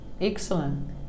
Excellent